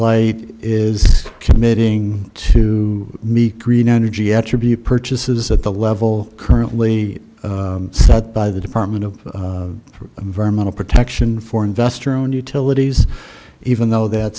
late is committing to meet green energy attribute purchases at the level currently set by the department of environmental protection for investor owned utilities even though that